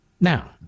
Now